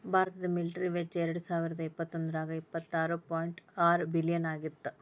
ಭಾರತದ ಮಿಲಿಟರಿ ವೆಚ್ಚ ಎರಡಸಾವಿರದ ಇಪ್ಪತ್ತೊಂದ್ರಾಗ ಎಪ್ಪತ್ತಾರ ಪಾಯಿಂಟ್ ಆರ ಬಿಲಿಯನ್ ಆಗಿತ್ತ